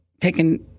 taken